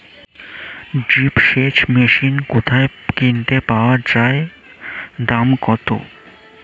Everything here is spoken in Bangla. ড্রিপ সেচ মেশিন কোথায় কিনতে পাওয়া যায় দাম কত?